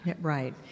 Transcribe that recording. Right